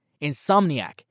Insomniac